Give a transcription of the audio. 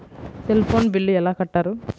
Cell phone bill ఎలా కట్టారు?